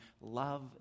love